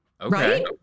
Okay